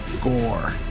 gore